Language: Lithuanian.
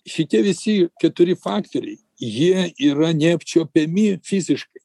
šitie visi keturi faktoriai jie yra neapčiuopiami fiziškai